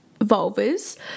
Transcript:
vulvas